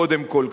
קודם כול,